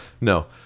No